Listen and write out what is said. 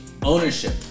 Ownership